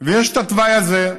ויש את התוואי הזה,